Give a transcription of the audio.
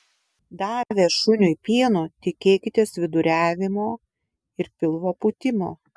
davę šuniui pieno tikėkitės viduriavimo ir pilvo pūtimo